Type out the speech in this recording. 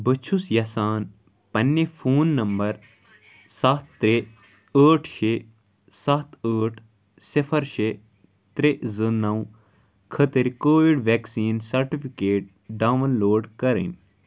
بہٕ چھُس یژھان پننہِ فون نمبر سَتھ ترٛےٚ ٲٹھ شےٚ سَتھ ٲٹھ صِفر شےٚ ترٛےٚ زٕ نَو خٲطر covid vaccine certificate download کَرٕنۍ